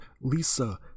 lisa